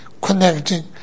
connecting